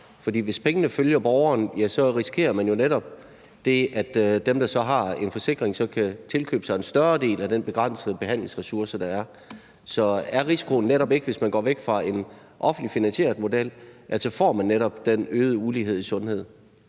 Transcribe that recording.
hvis pengene følger borgeren, risikerer man jo netop, at dem, der så har en forsikring, kan tilkøbe sig en større del af den begrænsede behandlingsressource, der er. Så er risikoen ikke, at hvis man går væk fra en offentligt finansieret model, får man netop den øgede ulighed i sundhed?